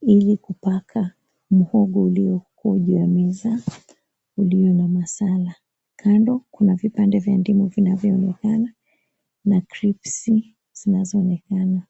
ili kupaka mhogo ulioko juu ya meza ulio na masala. Kando kuna vipande vya ndimu vinavyoonekana na kripsi zinazoonekana.